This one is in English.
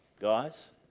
guys